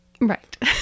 Right